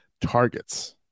targets